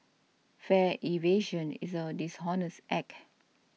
fare evasion is a dishonest act